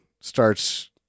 starts